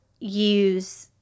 use